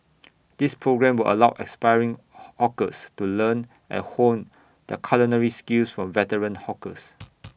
this programme will allow aspiring hawkers to learn and hone their culinary skills from veteran hawkers